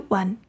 one